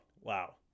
wow